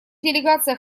делегация